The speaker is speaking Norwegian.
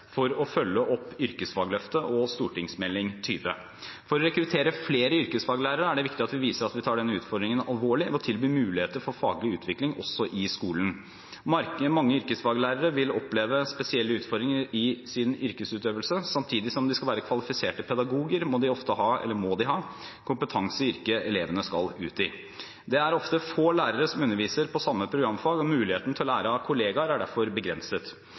for å følge opp Yrkesfagløftet og Meld. St. 20 for 2012–2013. For å rekruttere flere yrkesfaglærere er det viktig at vi viser at vi tar denne utfordringen alvorlig, ved å tilby muligheter for faglig utvikling også i skolen. Mange yrkesfaglærere vil oppleve spesielle utfordringer i sin yrkesutøvelse. Samtidig som de skal være kvalifiserte pedagoger, må de ha kompetanse i yrket elevene skal ut i. Det er ofte få lærere som underviser på samme programfag, og muligheten til å lære av kollegaer er derfor begrenset.